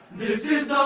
this is um